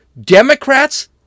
Democrats